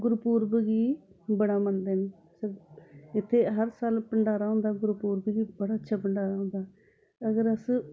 गुरूपूर्व गी बड़ा मंदे न इत्थै हर साल भण्डारा होंदा गुरूपूर्व गी बड़ा अच्छा भण्डारा होंदा अगर अस